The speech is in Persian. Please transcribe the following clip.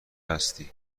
هستی